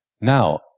Now